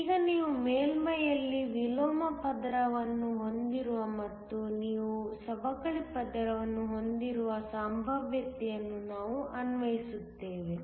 ಈಗ ನೀವು ಮೇಲ್ಮೈಯಲ್ಲಿ ವಿಲೋಮ ಪದರವನ್ನು ಹೊಂದಿರುವ ಮತ್ತು ನೀವು ಸವಕಳಿ ಪದರವನ್ನು ಹೊಂದಿರುವ ಸಂಭಾವ್ಯತೆಯನ್ನು ನಾವು ಅನ್ವಯಿಸುತ್ತೇವೆ